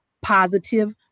positive